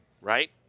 right